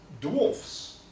Dwarfs